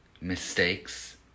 mistakes